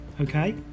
Okay